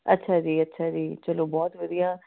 ਅੱਛਾ ਜੀ ਅੱਛਾ ਜੀ ਚੱਲੋ ਬਹੁਤ ਵਧੀਆ